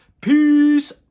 Peace